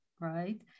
right